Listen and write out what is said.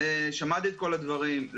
שמעתי את כל הדברים שנאמרו.